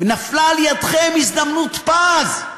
ונפלה לידיכם הזדמנות פז,